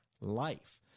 life